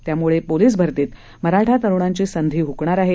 त्यामुळे पोलिस भरतीत मराठा तरूणांची संधी हुकणार आहे